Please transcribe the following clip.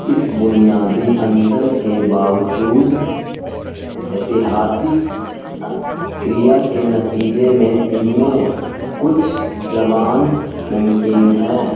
اس بنیادی انتر کے باوجود ایتہاسک کریا کے نتیجے میں ان میں کچھ زبان ممکن ہیں